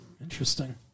interesting